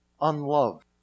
unloved